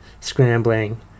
scrambling